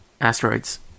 asteroids